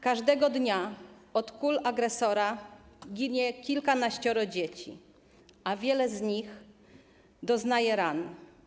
Każdego dnia od kul agresora ginie kilkanaścioro dzieci, a wiele z nich doznaje ran.